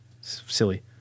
silly